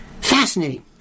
Fascinating